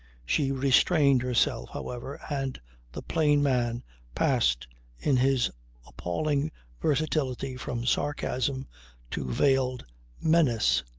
she restrained herself, however and the plain man passed in his appalling versatility from sarcasm to veiled menace.